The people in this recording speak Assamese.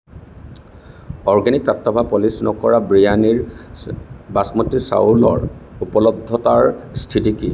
অৰ্গেনিক টাট্টাভা পলিচ নকৰা বিৰিয়ানীৰ বাচমতি চাউলৰ উপলব্ধতাৰ স্থিতি কি